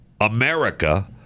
America